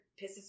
pisses